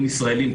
ישראלים,